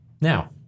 now